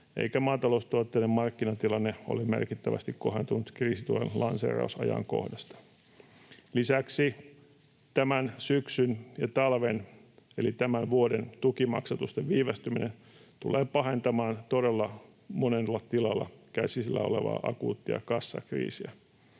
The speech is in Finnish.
eikä maataloustuotteiden markkinatilanne ole merkittävästi kohentunut kriisituen lanseerausajankohdasta. Lisäksi tämän syksyn ja talven — eli tämän vuoden — tukimaksatusten viivästyminen tulee pahentamaan todella monella tilalla käsillä olevaa akuuttia kassakriisiä.